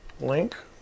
link